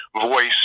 voice